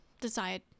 decide